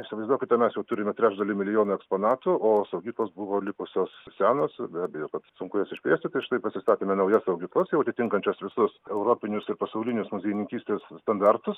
įsivaizduokite mes jau turime trečdalį milijono eksponatų o saugyklos buvo likusios senos be abejo kad sunku jas išplėsti tai štai pasistatėme naujas saugyklas jau atitinkančias visus europinius ir pasaulinius muziejininkystės standartus